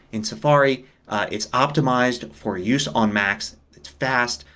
in safari it's optimized for use on macs. it's fast.